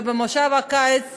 ובמושב הקיץ